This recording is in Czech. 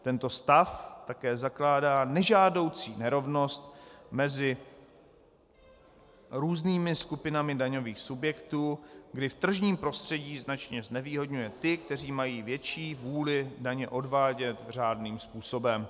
Tento stav také zakládá nežádoucí nerovnost mezi různými skupinami daňových subjektů, kdy v tržním prostředí značně znevýhodňuje ty, kteří mají větší vůli daně odvádět řádným způsobem.